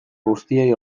guztiei